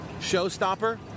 showstopper